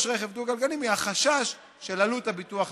רכב דו-גלגלי מהחשש של עלות הביטוח הגבוהה.